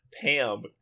Pam